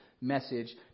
message